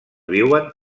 viuen